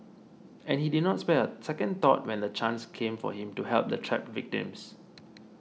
and he did not spare second thought when the chance came for him to help the trapped victims